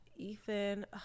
ethan